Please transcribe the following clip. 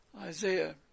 Isaiah